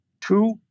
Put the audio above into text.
two